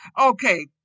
Okay